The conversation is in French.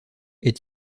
est